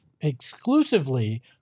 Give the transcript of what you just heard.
exclusively